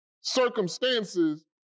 circumstances